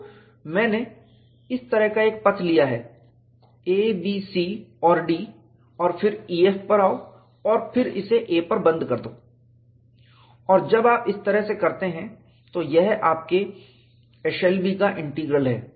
तो मैंने इस तरह का एक पथ लिया है A B C और D और फिर E F पर आओ और फिर इसे A पर बंद कर दो और जब आप इस तरह से करते हैं तो यह आपके एशेलबी का इंटीग्रल है